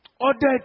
ordered